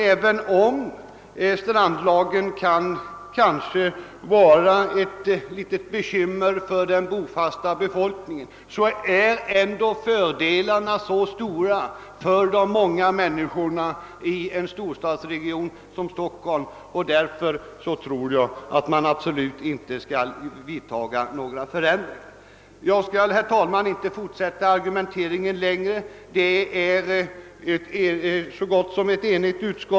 Även om strandlagen i viss utsträckning begränsar den bofasta befolkningens »rörelseförmåga» är ändå fördelarna så stora för de många människorna i denna storstadsregion att några förändringar absolut inte bör vidtas. Jag skall, herr talman, inte fortsätta argumenteringen längre. Utskottet är så gott som enigt.